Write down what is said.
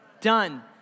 done